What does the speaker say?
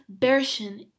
version